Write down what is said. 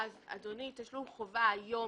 "תשלום חובה" היום